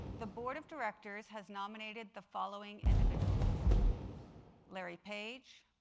the board of directors has nominated the following individuals larry page,